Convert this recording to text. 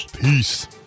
Peace